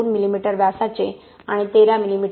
2 मिमी व्यासाचे आणि 13 मिमी